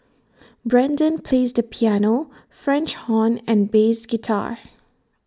Brendan plays the piano French horn and bass guitar